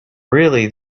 really